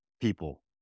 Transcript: people